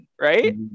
right